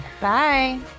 Bye